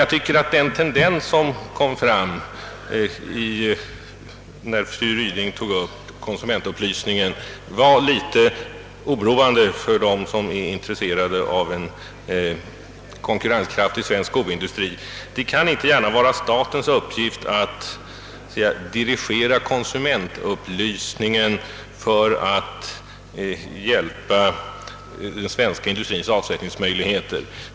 Jag tycker dock att den tendens som sken igenom när fru Ryding tog upp konsumentupplysningen var litet oroande för dem som är intresserade av en konkurrenskraftig svensk skoindustri. Det kan inte vara statens uppgift att dirigera konsumentupplysningen för att på så vis förbättra den svenska industrins avsättningsmöjligheter.